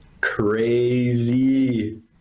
Crazy